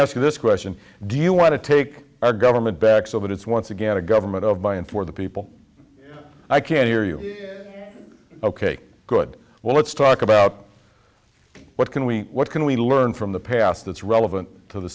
ask you this question do you want to take our government back so that it's once again a government of by and for the people i can hear you ok good well let's talk about what can we what can we learn from the past that's relevant to the